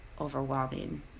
overwhelming